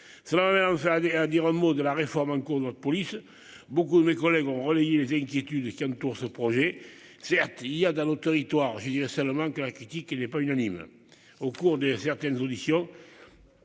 selon ma mère avais à dire un mot de la réforme en cours de notre police. Beaucoup de mes collègues ont relayé les inquiétudes qui entourent ce projet. Certes il y a dans territoire je dirai seulement que la critique n'est pas unanime au cours des certaines auditions.--